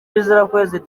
bizirakwezi